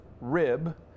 rib